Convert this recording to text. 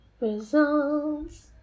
results